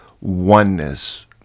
oneness